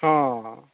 ହଁ ହଁ